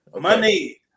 Money